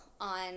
on